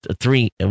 three